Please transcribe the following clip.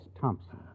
Thompson